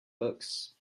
books